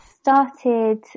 started